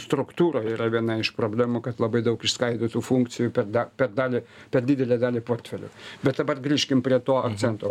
struktūroj yra viena iš problemų kad labai daug išskaidytų funkcijų per da per dalį per didelę dalį portfelių bet dabar grįžkim prie to akcento